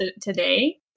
today